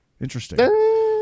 Interesting